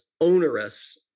onerous